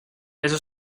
eso